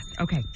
Okay